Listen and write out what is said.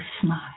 smile